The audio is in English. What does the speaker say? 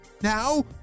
now